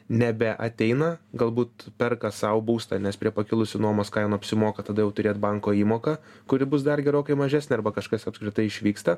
nebeateina galbūt perka sau būstą nes prie pakilusių nuomos kainų apsimoka tada jau turėt banko įmoką kuri bus dar gerokai mažesnė arba kažkas apskritai išvyksta